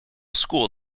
school